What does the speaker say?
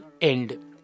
end